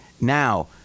Now